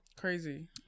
Crazy